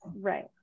Right